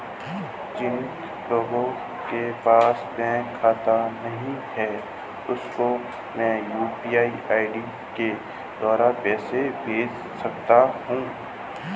जिन लोगों के पास बैंक खाता नहीं है उसको मैं यू.पी.आई के द्वारा पैसे भेज सकता हूं?